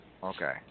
Okay